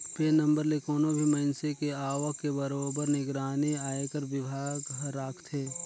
PAN number ले कोनो भी मइनसे के आवक के बरोबर निगरानी आयकर विभाग हर राखथे